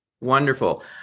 Wonderful